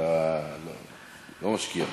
אתה לא משקיע.